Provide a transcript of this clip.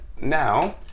now